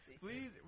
Please